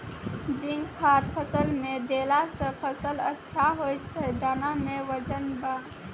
zinc खाद फ़सल मे देला से फ़सल अच्छा होय छै दाना मे वजन ब